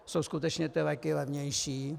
Jsou skutečně ty léky levnější?